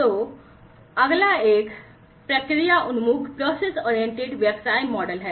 तो अगला एक process oriented व्यवसाय मॉडल है